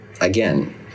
again